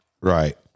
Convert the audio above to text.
Right